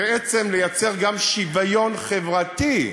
בעצם לייצר גם שוויון חברתי,